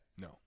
No